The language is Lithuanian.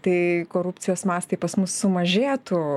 tai korupcijos mastai pas mus sumažėtų